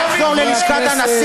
אמסלם, לשבת.